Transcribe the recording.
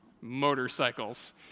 motorcycles